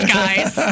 guys